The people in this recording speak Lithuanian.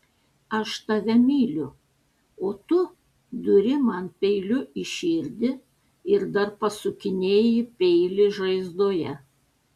aš tave myliu o tu duri man peiliu į širdį ir dar pasukinėji peilį žaizdoje